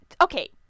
Okay